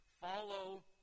follow